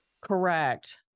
Correct